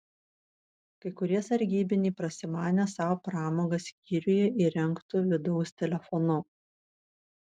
kai kurie sargybiniai prasimanė sau pramogą skyriuje įrengtu vidaus telefonu